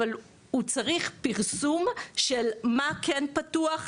אבל הוא צריך פרסום של מה כן פתוח,